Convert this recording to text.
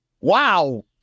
wow